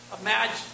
Imagine